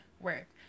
work